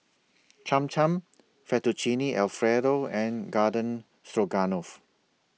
Cham Cham Fettuccine Alfredo and Garden Stroganoff